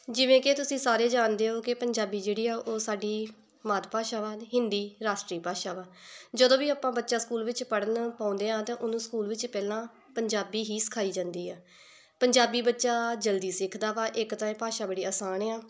ਜਿਵੇਂ ਕਿ ਤੁਸੀਂ ਸਾਰੇ ਜਾਣਦੇ ਹੋ ਕਿ ਪੰਜਾਬੀ ਜਿਹੜੀ ਆ ਉਹ ਸਾਡੀ ਮਾਤ ਭਾਸ਼ਾ ਵਾ ਅਤੇ ਹਿੰਦੀ ਰਾਸ਼ਟਰੀ ਭਾਸ਼ਾ ਵਾ ਜਦੋਂ ਵੀ ਆਪਾਂ ਬੱਚਾ ਸਕੂਲ ਵਿੱਚ ਪੜ੍ਹਨਾ ਪਾਉਂਦੇ ਹਾਂ ਤਾਂ ਉਹਨੂੰ ਸਕੂਲ ਵਿੱਚ ਪਹਿਲਾਂ ਪੰਜਾਬੀ ਹੀ ਸਿਖਾਈ ਜਾਂਦੀ ਆ ਪੰਜਾਬੀ ਬੱਚਾ ਜਲਦੀ ਸਿੱਖਦਾ ਵਾ ਇੱਕ ਤਾਂ ਇਹ ਭਾਸ਼ਾ ਬੜੀ ਆਸਾਨ ਆ